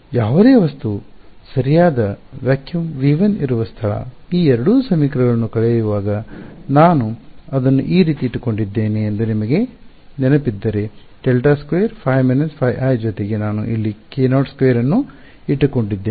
ಯಾವುದೇ ವಸ್ತು ಸರಿಯಾದ ನಿರ್ವಾತವಿಲ್ಲದ V1 ಇರುವ ಸ್ಥಳ ಈ ಎರಡು ಸಮೀಕರಣಗಳನ್ನು ಕಳೆಯುವಾಗ ನಾನು ಅದನ್ನು ಈ ರೀತಿ ಇಟ್ಟುಕೊಂಡಿದ್ದೇನೆ ಎಂದು ನಿಮಗೆ ನೆನಪಿದ್ದರೆ ∇2ϕ − ϕi ಜೊತೆಗೆ ನಾನು ಇಲ್ಲಿ k02 ಅನ್ನು ಇಟ್ಟುಕೊಂಡಿದ್ದೇನೆ